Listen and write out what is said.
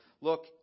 look